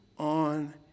On